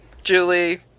Julie